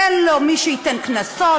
אין לו מי שייתן קנסות,